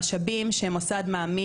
בחלק מהמוסדות זה נעשה,